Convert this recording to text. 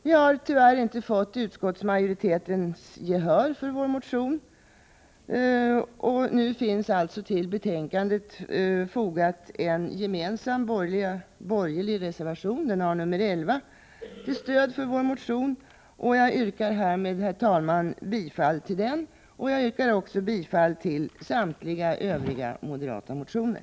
Vi har tyvärr inte fått utskottsmajoritetens gehör för vår motion. Vid betänkandet är fogad en gemensam borgerlig reservation, nr 11, till stöd för vår motion. Jag yrkar härmed, herr talman, bifall till den reservationen. Jag yrkar också bifall till samtliga övriga moderata reservationer.